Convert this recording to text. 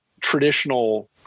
traditional